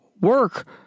work